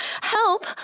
Help